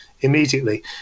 immediately